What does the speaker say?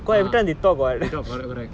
ah they talk correct correct